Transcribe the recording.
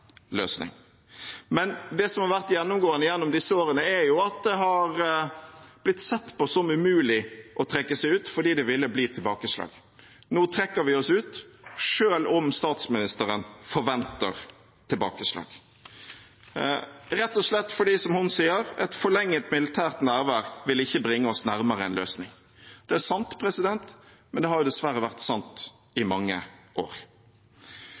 Men det som har vært gjennomgående gjennom disse årene, er jo at det har blitt sett på som umulig å trekke seg ut, fordi det ville bli tilbakeslag. Nå trekker vi oss ut, selv om statsministeren forventer tilbakeslag, rett og slett fordi, som hun sier: Et forlenget militært nærvær vil ikke bringe oss nærmere en løsning. Det er sant, men det har dessverre vært sant i mange år.